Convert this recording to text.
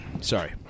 Sorry